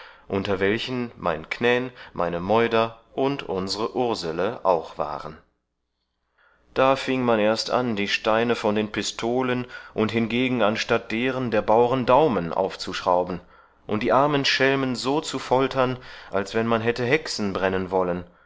unter welchen mein knän meine meuder und unsre ursele auch waren da fieng man erst an die steine von den pistolen und hingegen anstatt deren der bauren daumen aufzuschrauben und die arme schelmen so zu foltern als wann man hätte hexen brennen wollen